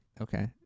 okay